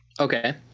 Okay